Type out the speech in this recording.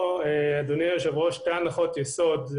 אדוני היושב-ראש, יש פה שתי הנחות היסוד.